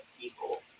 people